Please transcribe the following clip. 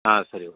ஆ சரி ஓக்